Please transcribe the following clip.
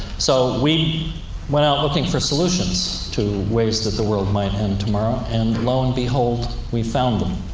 so, we went out looking for solutions to ways that the world might end tomorrow, and lo and behold, we found them.